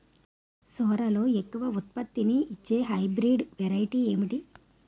సోరలో ఎక్కువ ఉత్పత్తిని ఇచే హైబ్రిడ్ వెరైటీ ఏంటి?